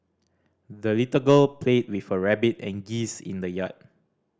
the little girl played with her rabbit and geese in the yard